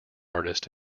artist